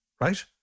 right